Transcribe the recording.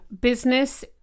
business